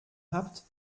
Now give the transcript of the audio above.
habt